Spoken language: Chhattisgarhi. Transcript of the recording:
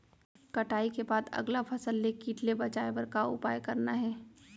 कटाई के बाद अगला फसल ले किट ले बचाए बर का उपाय करना हे?